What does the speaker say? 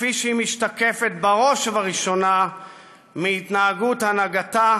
כפי שהוא משתקף בראש ובראשונה מהתנהגות הנהגתה,